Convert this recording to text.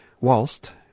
whilst